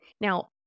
Now